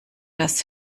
das